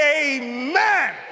amen